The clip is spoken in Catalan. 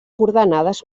coordenades